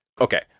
Okay